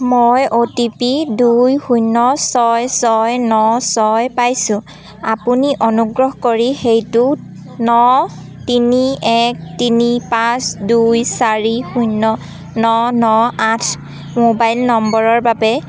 মই O T P দুই শূন্য ছয় ছয় ন ছয় পাইছো আপুনি অনুগ্ৰহ কৰি সেইটো ন তিনি এক তিনি পাঁচ দুই চাৰি শূন্য ন ন আঠ মোবাইল নম্বৰৰ বাবে